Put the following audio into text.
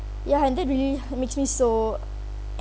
ya and that really makes me so